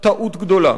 טעות גדולה,